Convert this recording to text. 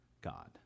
God